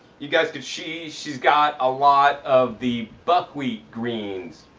you guys could see she's got a lot of the buckwheat greens,